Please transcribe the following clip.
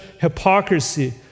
hypocrisy